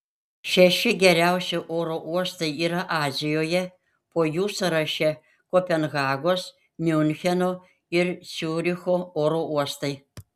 šeši geriausi oro uostai yra azijoje po jų sąraše kopenhagos miuncheno ir ciuricho oro uostai